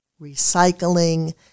recycling